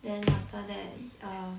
then after that he uh